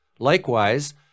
Likewise